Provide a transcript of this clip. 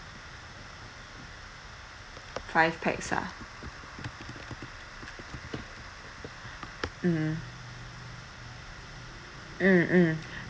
five pax ah mm mm mm